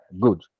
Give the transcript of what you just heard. good